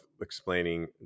explaining